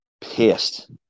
pissed